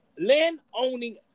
land-owning